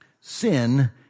Sin